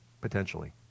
Potentially